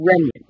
remnant